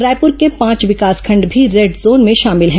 रायपुर के पांच विकासखंड भी रेड जोन में शामिल हैं